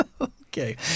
Okay